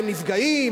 הם נפגעים?